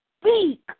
speak